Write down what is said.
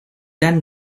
dan